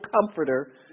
comforter